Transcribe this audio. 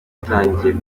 utangiye